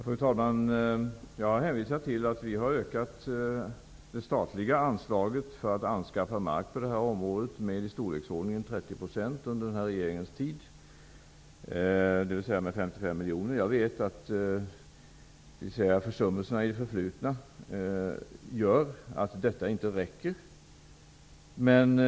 Fru talman! Jag hänvisar till att vi under den här regeringens tid har ökat det statliga anslaget för att anskaffa mark med i storleksordningen 30 %, dvs. med 55 miljoner. Försummelserna i det förflutna gör att detta inte räcker.